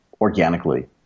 organically